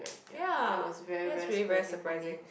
ya that's really very surprising